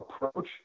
approach